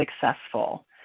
successful